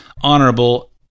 honorable